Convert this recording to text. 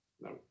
No